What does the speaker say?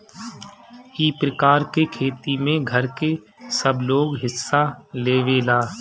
ई प्रकार के खेती में घर के सबलोग हिस्सा लेवेला